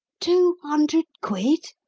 two hundred quid?